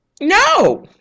No